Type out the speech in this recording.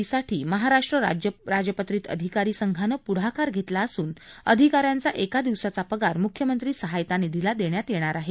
पूरग्रस्तांच्या मदतीसाठी महाराष्ट्र राज्य राजपत्रित अधिकारी संघानं पुढाकार घेतला असून अधिका यांचा एका दिवसाचा पगार मुख्यमंत्री सहायता निधीला देण्यात येणार आहे